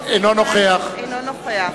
אינו נוכח